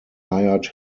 hired